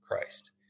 Christ